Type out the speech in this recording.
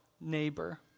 neighbor